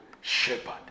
shepherd